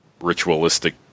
ritualistic